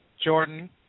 Jordan